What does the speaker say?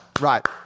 Right